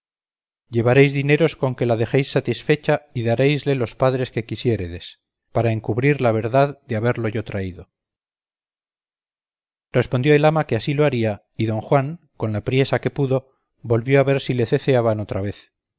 llevaréis dineros con que la dejéis satisfecha y daréisle los padres que quisiéredes para encubrir la verdad de haberlo yo traído respondió el ama que así lo haría y don juan con la priesa que pudo volvió a ver si le ceceaban otra vez